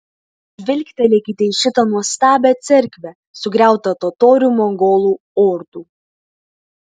žvilgtelėkite į šitą nuostabią cerkvę sugriautą totorių mongolų ordų